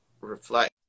reflect